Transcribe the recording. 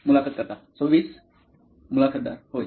मुलाखत कर्ता २६ मुलाखतदार होय